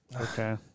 Okay